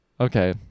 okay